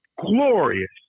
glorious